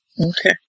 Okay